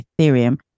Ethereum